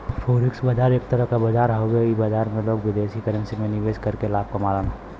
forex बाजार एक तरह क बाजार हउवे इ बाजार में लोग विदेशी करेंसी में निवेश करके लाभ कमावलन